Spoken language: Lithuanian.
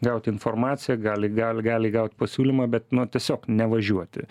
gauti informaciją gali gali gali gaut pasiūlymą bet nu tiesiog nevažiuoti